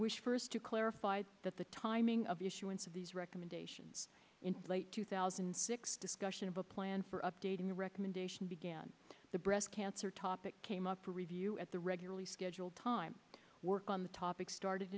services to clarify that the timing of the issuance of these recommendations in late two thousand and six discussion of a plan for updating the recommendation began the breast cancer topic came up for review at the regularly scheduled time work on the topic started